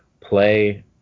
play